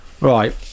right